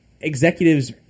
executives